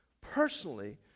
personally